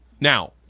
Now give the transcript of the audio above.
Now